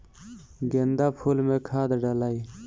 गेंदा फुल मे खाद डालाई?